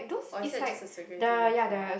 or is that just a security measure